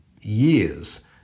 years